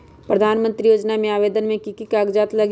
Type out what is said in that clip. प्रधानमंत्री योजना में आवेदन मे की की कागज़ात लगी?